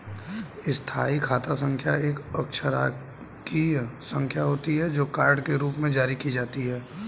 स्थायी खाता संख्या एक अक्षरांकीय संख्या होती है, जो कार्ड के रूप में जारी की जाती है